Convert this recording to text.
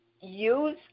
use